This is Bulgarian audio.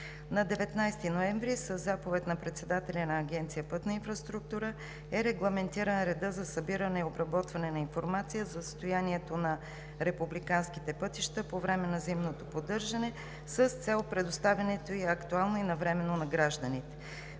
На 19 ноември със заповед на председателя на Агенция „Пътна инфраструктура“ е регламентиран редът за събиране и обработване на информация за състоянието на републиканските пътища по време на зимното поддържане с цел предоставянето ѝ актуално и навременно на гражданите.